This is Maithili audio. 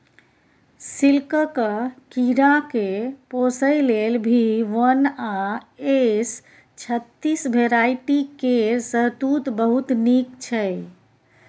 सिल्कक कीराकेँ पोसय लेल भी वन आ एस छत्तीस भेराइटी केर शहतुत बहुत नीक छै